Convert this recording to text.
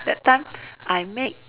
that time I make err